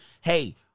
Hey